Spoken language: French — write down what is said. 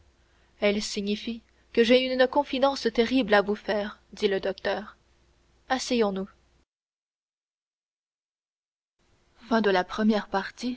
elles signifient que j'ai une confidence terrible à vous faire dit le docteur asseyons-nous